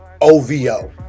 ovo